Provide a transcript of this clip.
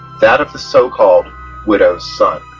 that of the so-called widow's son.